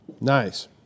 Nice